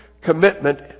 commitment